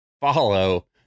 follow